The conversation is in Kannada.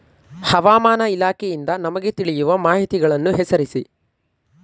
ಹವಾಮಾನ ಇಲಾಖೆಯಿಂದ ನಮಗೆ ತಿಳಿಯುವ ಮಾಹಿತಿಗಳನ್ನು ಹೆಸರಿಸಿ?